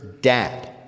dad